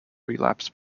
relapse